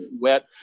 wet